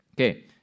Okay